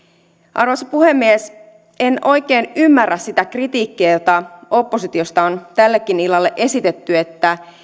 arvoisa puhemies en oikein ymmärrä sitä kritiikkiä jota oppositiosta on tänäkin iltana esitetty että